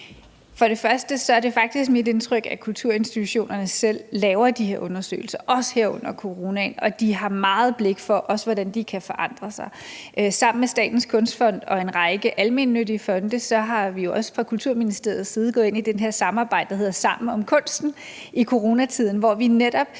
Mogensen): Det er faktisk mit indtryk, at kulturinstitutionerne selv laver de her undersøgelser, også her under coronaen, og at de også i høj grad har blik for, hvordan de kan forandre sig. Sammen med Statens Kunstfond og en række almennyttige fonde er vi jo også fra Kulturministeriets side gået ind i det her samarbejde, der hedder »Sammen om kunsten«, i coronatiden, hvor vi netop